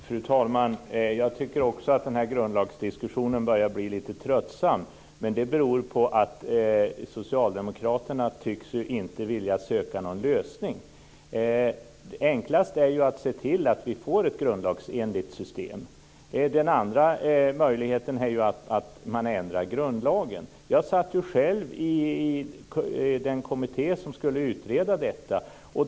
Fru talman! Jag tycker också att grundlagsdiskussionen börja bli lite tröttsam. Men det beror på att socialdemokraterna inte tycks vilja söka någon lösning. Det enklaste är att se till att vi får ett grundlagsenligt system. Den andra möjligheten är att man ändrar grundlagen. Jag satt själv i den kommitté som skulle utreda detta.